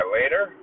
later